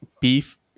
beef